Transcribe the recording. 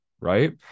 right